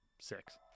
six